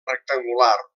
rectangular